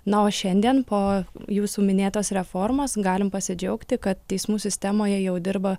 na o šiandien po jūsų minėtos reformos galim pasidžiaugti kad teismų sistemoje jau dirba